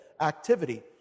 activity